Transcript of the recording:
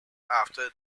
after